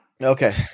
Okay